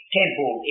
temple